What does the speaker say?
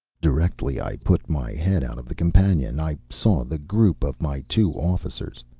directly i put my head out of the companion i saw the group of my two officers,